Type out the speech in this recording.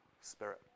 spirit